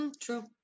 True